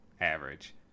average